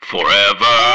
Forever